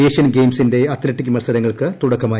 Asian ഗെയിംസിന്റെ athletics മത്സരങ്ങൾക്ക് തുടക്കമായി